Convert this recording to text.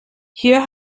hier